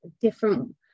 different